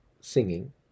singing